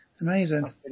amazing